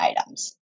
items